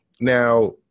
Now